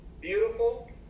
beautiful